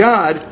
God